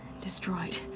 Destroyed